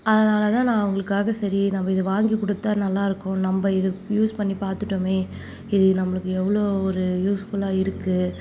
அதனால் தான் நான் அவங்களுக்காக சரி நம்ம இதை வாங்கிக்கொடுத்தா நல்லாயிருக்கும் நம்ம இது யூஸ் பண்ணி பார்த்துட்டமே இது நம்மளுக்கு எவ்வளோ ஒரு யூஸ்ஃபுல்லாக இருக்குது